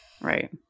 Right